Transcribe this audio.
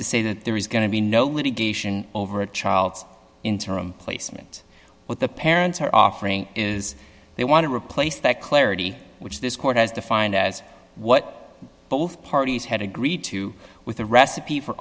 to say that there is going to be no litigation over a child's interim placement with the parents are offering is they want to replace that clarity which this court has defined as what both parties had agreed to with a recipe for